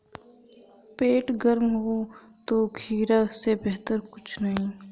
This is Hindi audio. पेट गर्म हो तो खीरा से बेहतर कुछ नहीं